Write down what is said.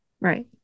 right